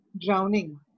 drowning